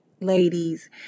Ladies